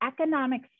economic